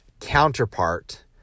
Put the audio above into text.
counterpart